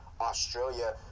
Australia